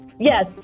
Yes